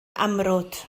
amrwd